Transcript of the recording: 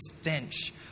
stench